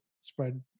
spread